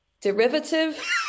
derivative